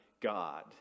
God